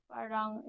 Parang